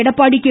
Edappadi K